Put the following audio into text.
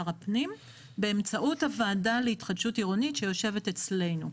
הפנים באמצעות הוועדה להתחדשות עירונית שיושבת אצלנו.